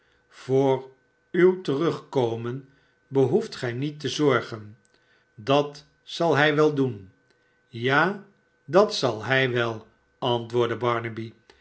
voor uw terugkomen behoeft gij niet te zorgen dat zal hij wel doen j a dat zal hij wel antwoordde